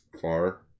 far